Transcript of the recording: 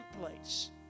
place